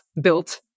built